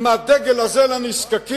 עם הדגל הזה של נזקקים,